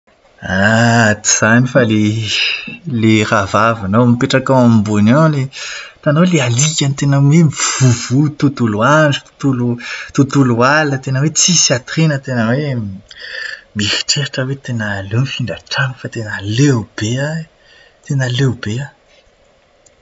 Ah, tsy izany fa ilay, ilay rahavavinao mipetraka ao ambony ao ilay hitanao ilay alikany tena hoe mivovoha tontolo andro, tontolo alina, tena hoe tsisy atoriana, tena hoe mieritreritra aho tena aleo mifindra trano fa etna leo be aho. Tena leo be aho!